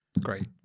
great